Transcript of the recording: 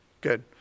Good